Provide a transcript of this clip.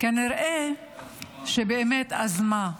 כנראה שבאמת אז מה.